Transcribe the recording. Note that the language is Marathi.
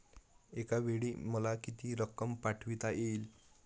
एकावेळी मला किती रक्कम पाठविता येईल?